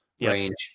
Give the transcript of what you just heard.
range